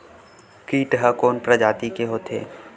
कीट ह कोन प्रजाति के होथे?